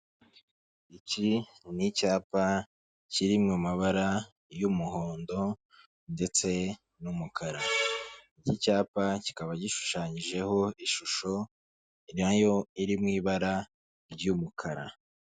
Iki ni icyapa kiri mu mabara y'umuhondo ndetse n'umukara. Iki cyapa kikaba gishushanyijeho ishusho nayo iri mu ibara ry'umukara.